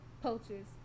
poachers